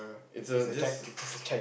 it's a just